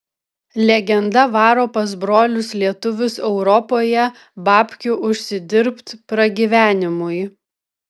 legenda varo pas brolius lietuvius europoje babkių užsidirbt pragyvenimui